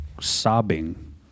sobbing